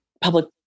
public